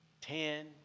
ten